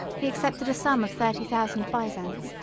he accepted a sum of thirty thousand byzants,